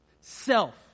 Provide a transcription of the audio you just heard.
Self